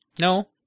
No